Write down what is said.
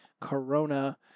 corona